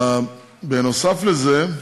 בנוסף לזה,